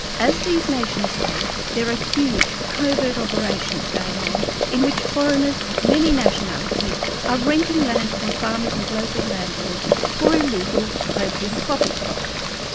as these nations wait, there are ah huge covert operations going on in which foreigners of many nationalities are renting land from farmers and local landlords for illegal opium poppy crops